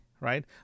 right